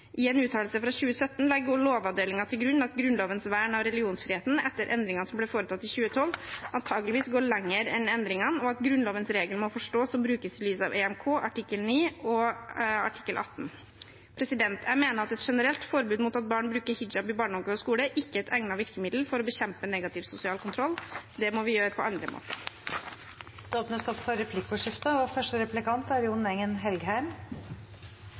I en uttalelse fra 2017 legger Lovavdelingen til grunn at Grunnlovens vern av religionsfriheten, etter endringene som ble foretatt i 2012, antageligvis går lenger enn endringene, og at Grunnlovens regel må forstås og brukes i lys av EMK artikkel 9 og SP artikkel 18. Jeg mener at et generelt forbud mot at barn bruker hijab i barnehage og grunnskole, ikke er et egnet virkemiddel for å bekjempe negativ sosial kontroll. Det må vi gjøre på andre måter. Det blir replikkordskifte.